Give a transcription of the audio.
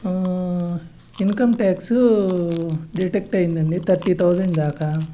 income tax detect అయిందండి thirty thousand దాకా